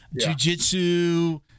jujitsu